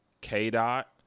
K.Dot